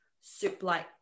soup-like